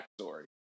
backstory